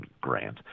grant